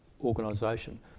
organisation